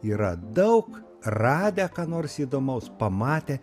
yra daug radę ką nors įdomaus pamatę